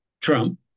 Trump